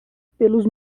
pelos